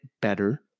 better